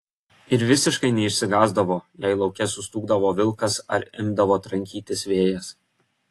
ir visiškai neišsigąsdavo jei lauke sustūgdavo vilkas ar imdavo trankytis vėjas